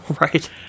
Right